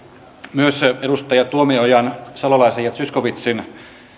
myös edustaja tuomiojan salolaisen ja zyskowiczin